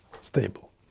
stable